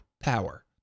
power